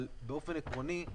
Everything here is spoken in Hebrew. באופן עקרוני,